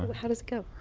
how does it go?